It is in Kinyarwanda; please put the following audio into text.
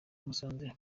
musanze